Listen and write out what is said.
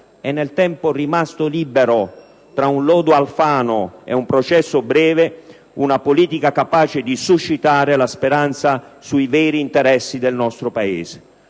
e, nel tempo rimasto libero tra un lodo Alfano e un processo breve, di suscitare la speranza sui veri interessi del nostro Paese.